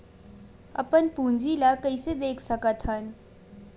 अपन पूंजी ला कइसे देख सकत हन?